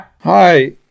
Hi